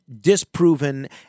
disproven